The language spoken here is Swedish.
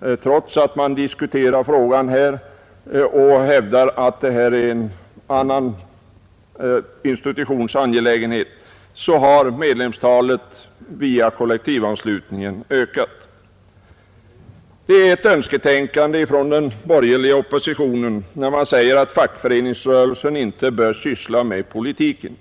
och trots att man diskuterat denna fråga och hävdat att detta är en annan institutions angelägenhet. Det är ett önsketänkande från den borgerliga oppositionen när man säger att fackföreningsrörelsen inte bör syssla med politiken.